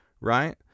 right